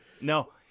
No